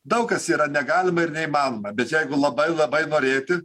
daug kas yra negalima ir neįmanoma bet jeigu labai labai norėti